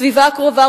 בסביבה הקרובה,